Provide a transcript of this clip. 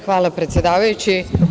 Hvala predsedavajući.